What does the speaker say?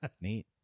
Neat